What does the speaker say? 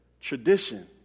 tradition